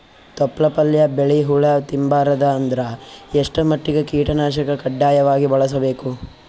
ತೊಪ್ಲ ಪಲ್ಯ ಬೆಳಿ ಹುಳ ತಿಂಬಾರದ ಅಂದ್ರ ಎಷ್ಟ ಮಟ್ಟಿಗ ಕೀಟನಾಶಕ ಕಡ್ಡಾಯವಾಗಿ ಬಳಸಬೇಕು?